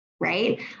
right